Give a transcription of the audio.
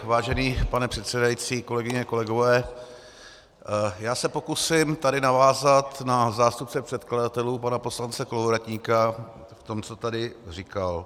Vážený pane předsedající, kolegyně, kolegové, já se pokusím tady navázat na zástupce předkladatelů pana poslance Kolovratníka v tom, co tady říkal.